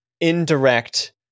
indirect